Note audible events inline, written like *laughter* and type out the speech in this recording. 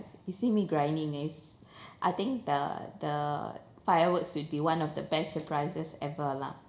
you see me *breath* I think the the fireworks would be one of the best surprises ever lah